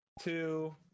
two